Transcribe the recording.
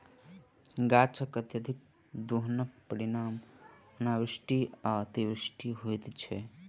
गाछकअत्यधिक दोहनक परिणाम अनावृष्टि आ अतिवृष्टि होइत छै